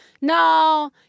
No